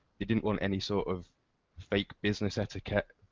they didn't want any sort of fake business etiquette,